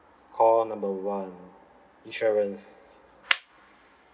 call number one insurance